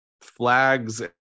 flags